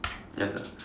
ya sia